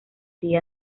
día